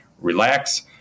relax